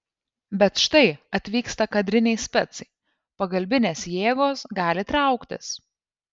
bet štai atvyksta kadriniai specai pagalbinės jėgos gali trauktis